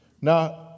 Now